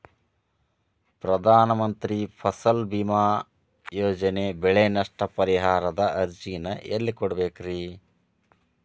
ಪ್ರಧಾನ ಮಂತ್ರಿ ಫಸಲ್ ಭೇಮಾ ಯೋಜನೆ ಬೆಳೆ ನಷ್ಟ ಪರಿಹಾರದ ಅರ್ಜಿನ ಎಲ್ಲೆ ಕೊಡ್ಬೇಕ್ರಿ?